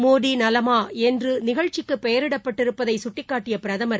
மோடிநலமாஎன்றுநிகழ்ச்சிக்குபெயரிடப்பட்டிருப்பதைசுட்டிக்காட்டியபிரதமர்